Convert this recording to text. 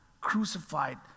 crucified